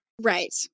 Right